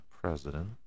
President